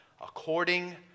according